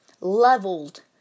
Leveled